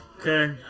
Okay